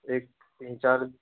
एक तीन चार